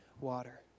water